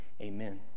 Amen